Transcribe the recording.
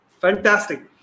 fantastic